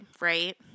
right